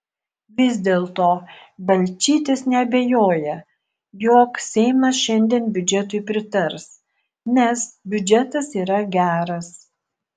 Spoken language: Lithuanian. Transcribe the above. vis dėlto balčytis neabejoja jog seimas šiandien biudžetui pritars nes biudžetas yra geras